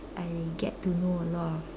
I get to know a lot of